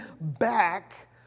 back